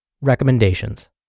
Recommendations